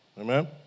Amen